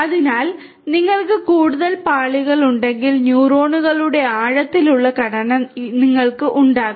അതിനാൽ നിങ്ങൾക്ക് കൂടുതൽ പാളികളുണ്ടെങ്കിൽ ന്യൂറോണുകളുടെ ആഴത്തിലുള്ള ഘടന നിങ്ങൾക്ക് ഉണ്ടാകും